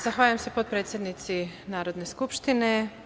Zahvaljujem se potpredsednici Narodne skupštine.